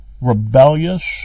rebellious